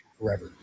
forever